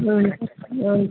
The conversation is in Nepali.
हुन्छ हुन्छ